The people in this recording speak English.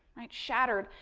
right shattered.